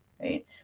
Right